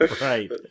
Right